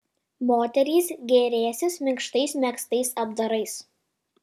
moterys gėrėsis minkštais megztais apdarais